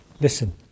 listen